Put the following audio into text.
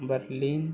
Berlin